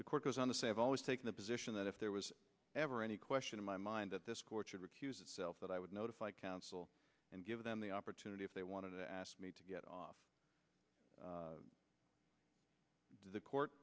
the court goes on to say i've always taken the position that if there was ever any question in my mind that this court should recuse itself that i would notify counsel and give them the opportunity if they wanted to ask me to get off the court